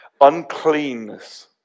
uncleanness